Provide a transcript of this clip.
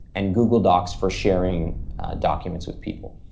and google docs for sharing documents with people.